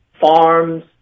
farms